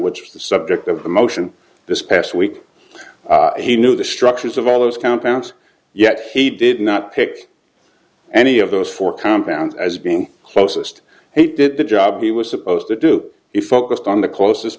which the subject of the motion this past week he knew the structures of all those compounds yet he did not pick any of those four compounds as being closest he did the job he was supposed to do it focused on the closest